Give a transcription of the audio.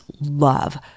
love